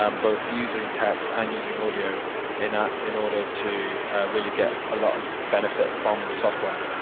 um both using text and using audio in ah in order to really get a lot of benefit from the software.